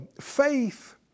Faith